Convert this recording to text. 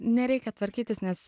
nereikia tvarkytis nes